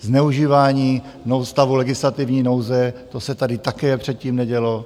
Zneužívání stavu legislativní nouze, to se tady také předtím nedělo.